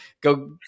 go